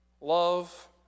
Love